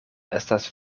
estas